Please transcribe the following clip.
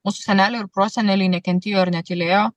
mūsų seneliai ir proseneliai nekentėjo ir netylėjo